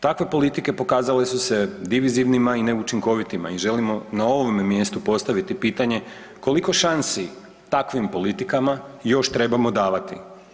Takve politike pokazale su se divizivnima i neučinkovitima i želimo na ovome mjestu postaviti pitanje koliko šansi takvim politikama još trebamo davati.